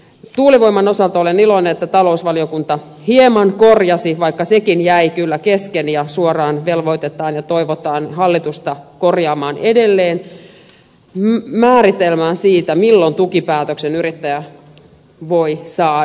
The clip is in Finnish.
tuulivoiman osalta olen iloinen että talousvaliokunta hieman korjasi vaikka sekin jäi kyllä kesken ja suoraan velvoitetaan ja toivotaan hallitusta korjaamaan edelleen määritelmää siitä milloin tukipäätöksen yrittäjä voi saada